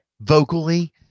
vocally